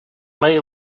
many